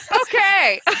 okay